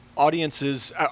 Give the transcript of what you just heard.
audiences